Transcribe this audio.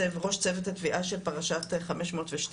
צוות התביעה של פרשת 512,